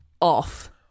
off